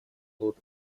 тот